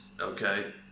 okay